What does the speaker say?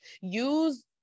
use